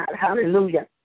Hallelujah